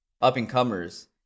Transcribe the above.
up-and-comers